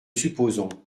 supposons